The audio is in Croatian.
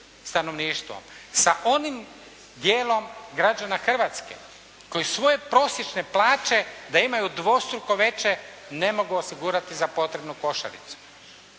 stanovništvom. Sa onim dijelom građana Hrvatske koji svoje prosječne plaće da imaju dvostruko veće ne mogu osigurati za potrebnu košaricu.